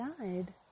died